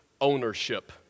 ownership